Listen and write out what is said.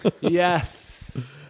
Yes